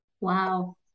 wow